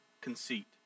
conceit